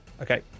Okay